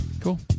Cool